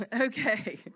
Okay